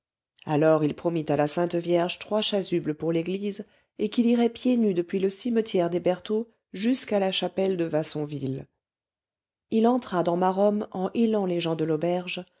alors il promit à la sainte vierge trois chasubles pour l'église et qu'il irait pieds nus depuis le cimetière des bertaux jusqu'à la chapelle de vassonville il entra dans maromme en hélant les gens de l'auberge